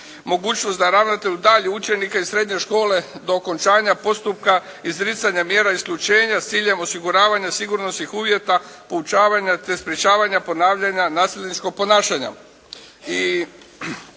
Mogućnost da ravnatelj udalji učenika iz srednje škole do okončanja postupka, izricanja mjera isključenja s ciljem osiguravanja sigurnosnih uvjeta poučavanja te sprečavanja ponavljanja nasilničkog ponašanja.